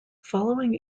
following